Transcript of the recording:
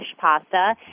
pasta